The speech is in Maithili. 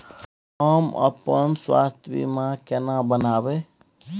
हम अपन स्वास्थ बीमा केना बनाबै?